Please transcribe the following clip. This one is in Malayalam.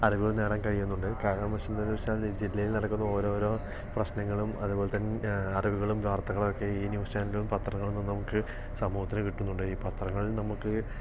അറിവുകൾ നേടാൻ കഴിയുന്നുണ്ട് കാരണം ജില്ലയിൽ നടക്കുന്ന ഓരോരോ പ്രശ്നങ്ങളും അതുപോലെത്തെ അറിവുകളും വാർത്തകളും ഒക്കെ ഈ ന്യൂസ് ചാനലും പത്രങ്ങളിൽ നിന്നും നമുക്ക് സമൂഹത്തിന് കിട്ടുന്നുണ്ട് പത്രങ്ങൾ നമുക്ക്